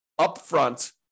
upfront